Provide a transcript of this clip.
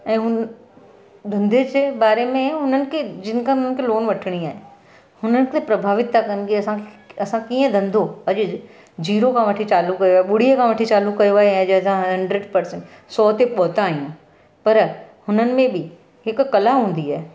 ऐं हू धंधे जे बारे में हुननि खे जिनि खां हुननि खे लोन वठिणी आहे हुननि खे प्रभावित था कनि की असां असां कीअं धंधो अॼु जीरो खां वठी चालू कयो आहे ॿुड़ीअ खां वठी चालू कयो आहे ऐं अॼु असां हंड्रेड परसेंट सौ ते पहुता आहियूं पर हुननि में बि हिक कला हूंदी आहे